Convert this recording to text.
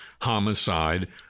homicide